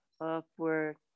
upward